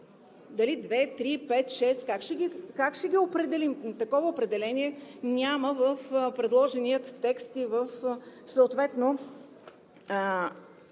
Дали две, три, пет, шест – как ще ги определим? Такова определение няма в предложения текст в Допълнителните